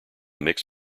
mix